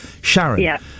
Sharon